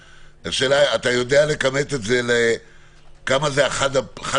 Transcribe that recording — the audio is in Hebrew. השאלה אם אתה יודע לכמת את זה לכמה זה החד-פעמי,